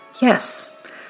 Yes